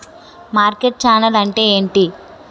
Market channel అంటే ఏంటి?